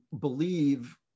believe